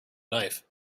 knife